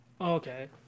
Okay